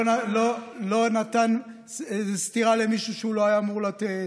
לא נתן סטירה למישהו שהוא לא היה אמור לתת,